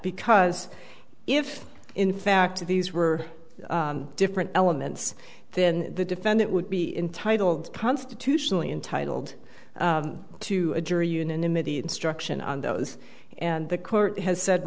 because if in fact these were different elements then the defendant would be intitled constitutionally entitled to a jury unanimity instruction on those and the court has said